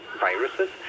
viruses